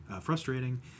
frustrating